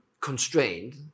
constrained